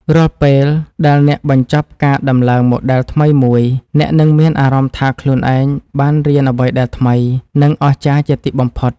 រាល់ពេលដែលអ្នកបញ្ចប់ការដំឡើងម៉ូដែលថ្មីមួយ អ្នកនឹងមានអារម្មណ៍ថាខ្លួនឯងបានរៀនអ្វីដែលថ្មី និងអស្ចារ្យជាទីបំផុត។